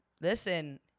listen